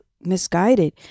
misguided